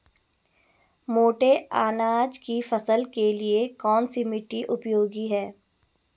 मोटे अनाज की फसल के लिए कौन सी मिट्टी उपयोगी है?